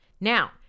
Now